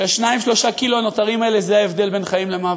שה-3-2 קילו הנותרים האלה זה ההבדל בין חיים למוות,